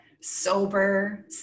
sober